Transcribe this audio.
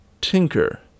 tinker